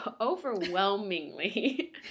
overwhelmingly